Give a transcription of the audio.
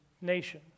nation